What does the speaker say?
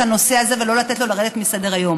הנושא הזה ולא לתת לו לרדת מסדר-היום.